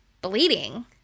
bleeding